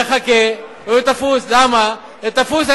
מחכה, מחכה, והוא תפוס, למה?